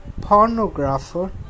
pornographer